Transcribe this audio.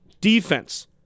defense